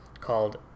called